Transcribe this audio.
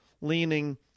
leaning